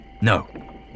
No